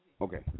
Okay